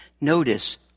notice